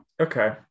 okay